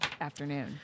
afternoon